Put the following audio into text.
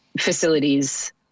facilities